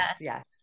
Yes